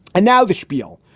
and now the spiel,